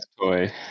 toy